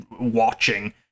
watching